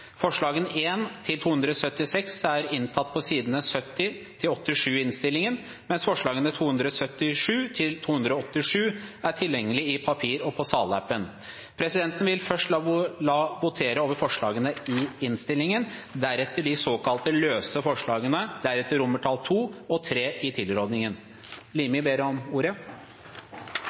Forslagene nr. 1–276 er inntatt på sidene 70–87 i innstillingen, mens forslagene 277–287 er tilgjengelig i papir og på salappen. Presidenten vil først la votere over forslagene i innstillingen, deretter de såkalt «løse forslagene», deretter II og III i tilrådingen. Representanten Hans Andreas Limi har bedt om ordet.